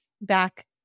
back